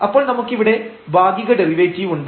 അപ്പോൾ നമുക്കിവിടെ ഭാഗിക ഡെറിവേറ്റീവുണ്ട്